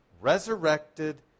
resurrected